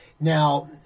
Now